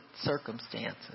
circumstances